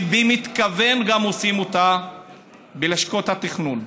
שגם במתכוון עושים אותה בלשכות התכנון.